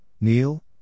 kneel